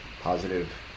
positive